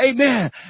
Amen